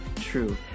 true